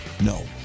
no